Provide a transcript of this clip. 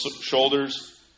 shoulders